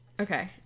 Okay